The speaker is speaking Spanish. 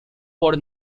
por